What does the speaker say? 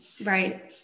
Right